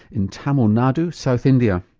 in tamil nadu, south india.